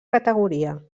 categoria